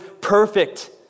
perfect